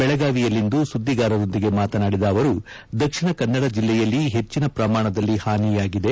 ಬೆಳಗಾವಿಯಲ್ಲಿಂದು ಸುದ್ದಿಗಾರರೊಂದಿಗೆ ಮಾತನಾಡಿದ ಅವರು ದಕ್ಷಿಣ ಕನ್ನಡ ಜಿಲ್ಲೆಯಲ್ಲಿ ಹೆಚ್ಚಿನ ಪ್ರಮಾಣದಲ್ಲಿ ಹಾನಿಯಾಗಿದೆ